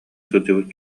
сылдьыбыт